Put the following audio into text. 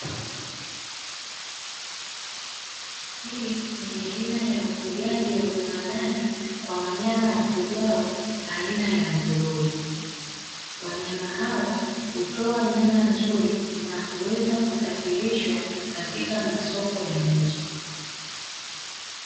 Hii ni aina ya ufugaji wa viwandani kwa wanyama wafugwao aina ya nguruwe, wanyama hawa hutoa nyama nzuri na kuweza kusafirishwa katika masoko ya nje.